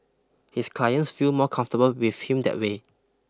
his clients feel more comfortable with him that way